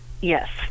Yes